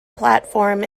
platform